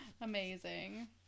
amazing